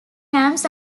camps